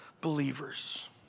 believers